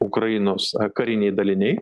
ukrainos kariniai daliniai